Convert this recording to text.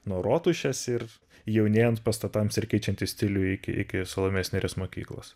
nuo rotušės ir jaunėjant pastatams ir keičiantis stiliui iki iki salomėjos nėries mokyklos